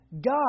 God